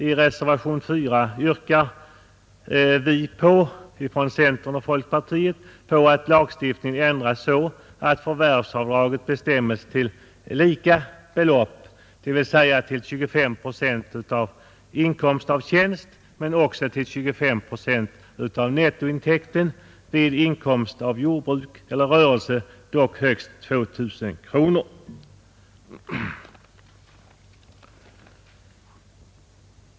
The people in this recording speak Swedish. I reservation 4 yrkar vi från centern och folkpartiet att lagstiftningen ändras så, att förvärvsavdraget bestäms till samma belopp, dvs. till 25 procent, både vid inkomst av tjänst och på nettointäkten vid inkomst av jordbruk eller rörelse, dock högst 2 000 kronor.